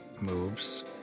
moves